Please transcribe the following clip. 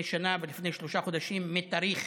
שנה לפני ושלושה חודשים לפני תאריך